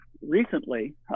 Recently